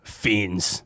fiends